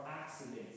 accidents